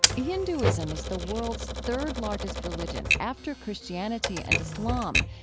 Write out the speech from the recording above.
hinduism is the world's third-largest religion, after christianity and islam,